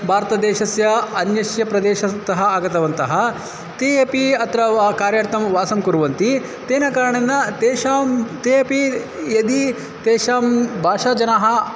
भारतदेशस्य अन्यस्य प्रदेशात् आगतवन्तः ते अपि अत्र वा कार्यार्थं वासं कुर्वन्ति तेन कारणेन तेषां ते अपि यदि तेषां भाषा जनाः